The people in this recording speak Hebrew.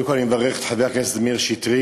קודם כול, אני מברך את חבר הכנסת מאיר שטרית.